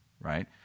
right